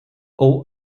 all